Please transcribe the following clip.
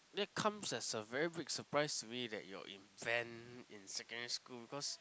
that comes as a very big surprise to me that you're in band in secondary school because